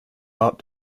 art